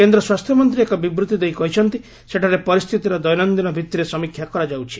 କେନ୍ଦ୍ର ସ୍ୱାସ୍ଥ୍ୟମନ୍ତ୍ରୀ ଏକ ବିବୃତ୍ତି ଦେଇ କହିଛନ୍ତି ସେଠାରେ ପରିସ୍ଥିତିର ଦୈନନ୍ଦିନ ଭିତ୍ତିରେ ସମୀକ୍ଷା କରାଯାଉଛି